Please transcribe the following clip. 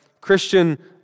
Christian